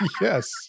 Yes